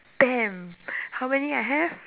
damn how many I have